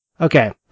Okay